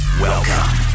Welcome